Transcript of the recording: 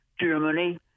Germany